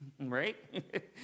Right